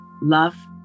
love